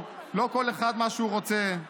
לא כל אחד מה שהוא רוצה.